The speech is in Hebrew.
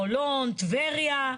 חולון, טבריה,